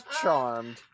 charmed